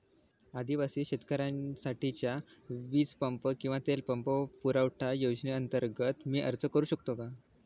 आदिवासी शेतकऱ्यांसाठीच्या वीज पंप किंवा तेल पंप पुरवठा योजनेअंतर्गत मी अर्ज करू शकतो का?